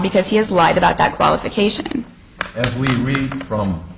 because he has lied about that qualification from